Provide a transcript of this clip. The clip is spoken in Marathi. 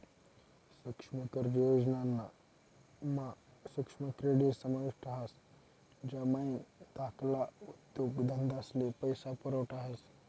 सुक्ष्म कर्ज योजना मा सुक्ष्म क्रेडीट समाविष्ट ह्रास ज्यानामाईन धाकल्ला उद्योगधंदास्ले पैसा पुरवठा व्हस